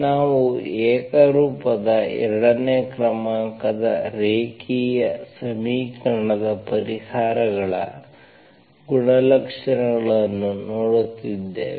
ನಾವು ಏಕರೂಪದ ಎರಡನೇ ಕ್ರಮಾಂಕದ ರೇಖೀಯ ಸಮೀಕರಣದ ಪರಿಹಾರಗಳ ಗುಣಲಕ್ಷಣಗಳನ್ನು ನೋಡುತ್ತಿದ್ದೇವೆ